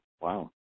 Wow